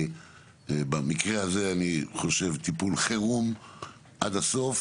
במקרה הזה אני חושב טיפול חירום עד הסוף